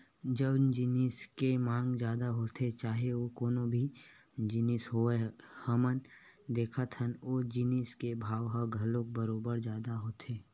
जउन जिनिस के मांग जादा होथे चाहे ओ कोनो भी जिनिस होवय हमन देखथन ओ जिनिस के भाव ह घलो बरोबर जादा होथे